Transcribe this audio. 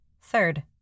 Third